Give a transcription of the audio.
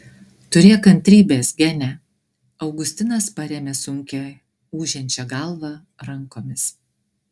turėk kantrybės gene augustinas parėmė sunkią ūžiančią galvą rankomis